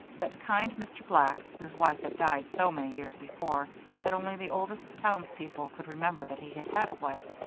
that kind mr. black, whose wife had died so many years before that only the oldest townspeople could remember that he had had a wife,